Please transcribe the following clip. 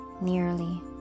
nearly